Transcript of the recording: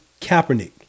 Kaepernick